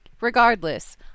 Regardless